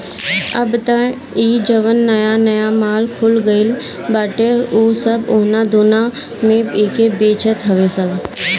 अब तअ इ जवन नया नया माल खुल गईल बाटे उ सब उना दूना में एके बेचत हवे सब